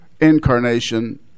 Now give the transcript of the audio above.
Incarnation